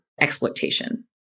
exploitation